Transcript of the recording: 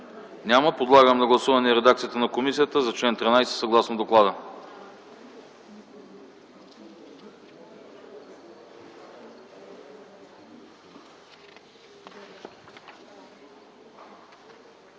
Няма. Подлагам на гласуване редакцията на комисията за чл. 13, съгласно доклада.